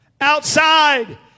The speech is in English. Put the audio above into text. outside